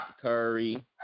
Curry